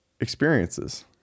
experiences